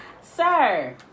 sir